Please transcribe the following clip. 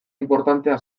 inportantea